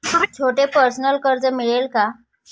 छोटे पर्सनल कर्ज मिळेल का?